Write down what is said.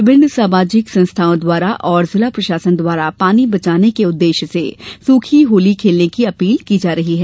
विभिन्न सामाजिक संस्थाओं द्वारा एवं जिला प्रशासन द्वारा पानी बचाने के उद्देश्य से सूखी होली खेले जाने की अपील की जाती रही है